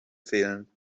fehlen